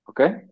Okay